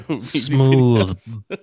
smooth